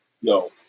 Yo